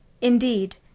Indeed